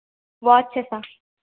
watches